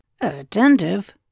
Attentive